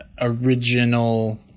original